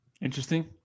Interesting